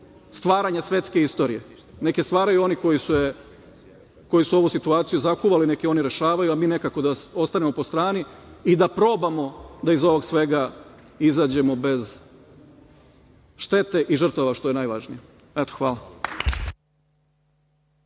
stvaranja svetske istorije, nek je stvaraju oni koji su ovu situaciju zakuvali, nek je oni rešavaju, a mi nekako da ostanemo po strani i da probamo da iz ovog svega izađemo bez štete i žrtava, što je najvažnije. Hvala.